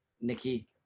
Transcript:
Nikki